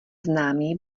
známý